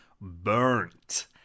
burnt